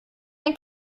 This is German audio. ein